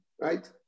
right